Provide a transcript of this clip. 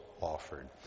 offered